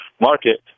market